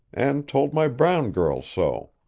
and told my brown girl so.